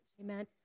Amen